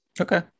okay